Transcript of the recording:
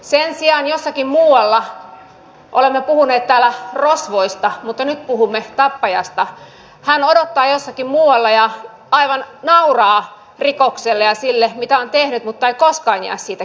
sen sijaan olemme puhuneet täällä rosvoista mutta nyt puhumme tappajasta hän odottaa jossakin muualla ja aivan nauraa rikokselle ja sille mitä on tehnyt mutta ei koskaan jää siitä kiinni